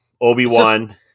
Obi-Wan